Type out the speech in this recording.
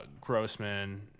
Grossman